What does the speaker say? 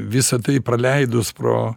visa tai praleidus pro